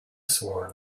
swan